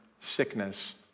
sickness